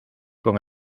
con